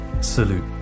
salute